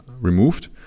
removed